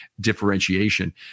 differentiation